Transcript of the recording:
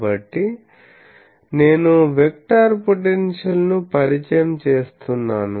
కాబట్టి నేను vector potential ను పరిచయం చేస్తున్నాను